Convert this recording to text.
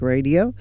Radio